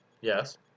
Yes